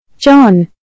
John